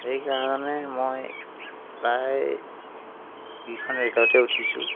সেইকাৰণে মই প্ৰায় দুইখন ৰে'লতে উঠিছোঁ